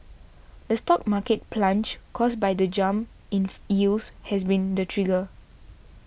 the stock market plunge caused by the jump ins yields has been the trigger